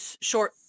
short